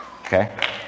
Okay